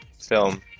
film